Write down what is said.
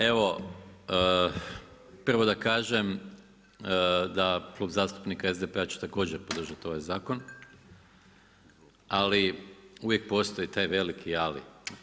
Evo prvo da kažem da Klub zastupnika SDP-a će također podržati ovaj zakon, ali uvijek postoji taj veliki ali.